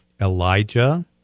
Elijah